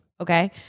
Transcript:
Okay